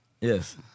Yes